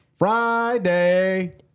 Friday